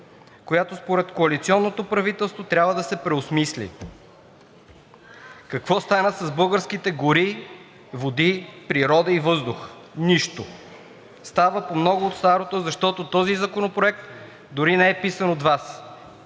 която според коалиционното правителство трябва да се преосмисли? Какво стана с българските гори, води, природа и въздух? Нищо! Става по много от старото, защото този законопроект дори не е писан от Вас.